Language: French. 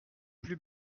plus